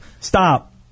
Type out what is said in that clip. Stop